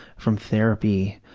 from therapy,